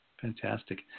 Fantastic